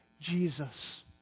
Jesus